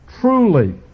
truly